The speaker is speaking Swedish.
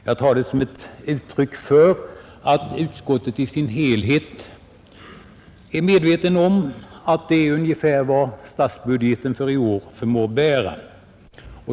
Jag tar det som ett uttryck för att utskottet i sin helhet är medvetet om att detta är ungefär vad statsbudgeten för i år förmår bära.